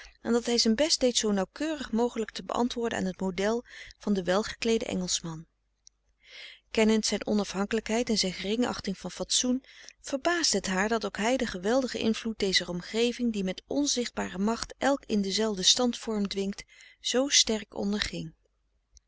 en dat hij zijn best deed zoo nauwkeurig mogelijk te beantwoorden aan het model van den wel gekleeden engelschman kennend zijn onafhankelijkheid en zijn geringachting van fatsoen verbaasde het haar dat ook hij den geweldigen invloed dezer omgeving die met onzichtbare macht elk in denzelfden stand vorm dwingt zoo sterk onderging